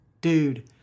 dude